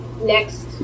next